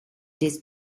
this